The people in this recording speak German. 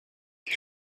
die